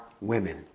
women